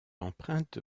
emprunte